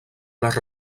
les